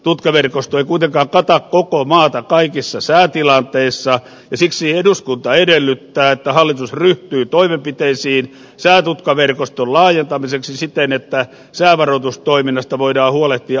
tutkaverkosto ei kuitenkaan kata koko maata kaikissa säätilanteissa ja siksi eduskunta edellyttää että hallitus ryhtyy toimenpiteisiin säätutkaverkoston laajentamiseksi siten että säävaroitustoiminnasta voidaan huolehtia alueellisesti kattavasti